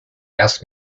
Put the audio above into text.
asked